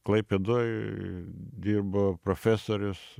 klaipėdoj dirbo profesorius